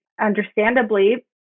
understandably